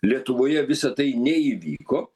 lietuvoje visa tai neįvyko